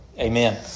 amen